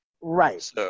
Right